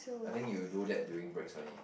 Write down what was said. I think you do that during breaks only